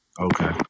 okay